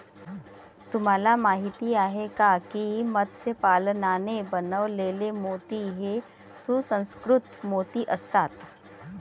तुम्हाला माहिती आहे का की मत्स्य पालनाने बनवलेले मोती हे सुसंस्कृत मोती असतात